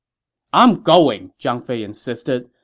i'm going! zhang fei insisted.